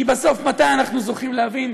כי בסוף, מתי אנחנו זוכים להבין?